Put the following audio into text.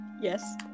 Yes